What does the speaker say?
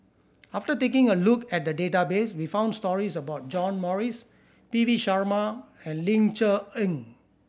after taking a look at the database we found stories about John Morrice P V Sharma and Ling Cher Eng